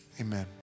amen